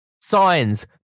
Signs